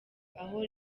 aho